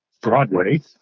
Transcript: Broadway